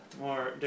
more